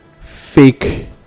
fake